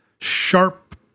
sharp